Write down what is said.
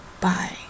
bye